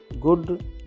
good